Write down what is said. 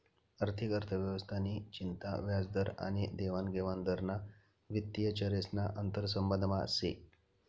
आर्थिक अर्थव्यवस्था नि चिंता व्याजदर आनी देवानघेवान दर ना वित्तीय चरेस ना आंतरसंबंधमा से